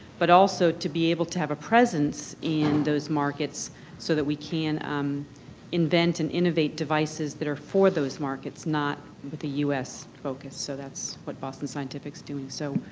but also to be able to have a presence in those markets so that we can um invent and innovate devices that are for those markets, not with a u s. focus. so, that's what boston scientific's doing. so,